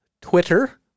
Twitter